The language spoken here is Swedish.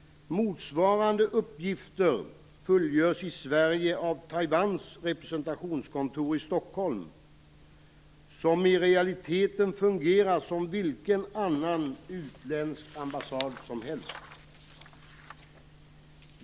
Motsvarande uppgifter fullgörs i Sverige av Taiwans representationskontor i Stockholm, som i realiteten fungerar som vilken annan utländsk ambassad som helst.